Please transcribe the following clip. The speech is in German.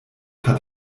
hat